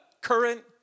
current